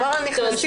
יש הרבה מחלות אחרות.